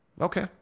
Okay